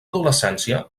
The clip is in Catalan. adolescència